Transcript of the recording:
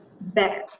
better